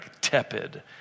tepid